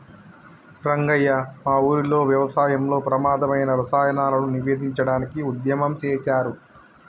రంగయ్య మా ఊరిలో వ్యవసాయంలో ప్రమాధమైన రసాయనాలను నివేదించడానికి ఉద్యమం సేసారు